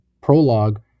prologue